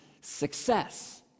success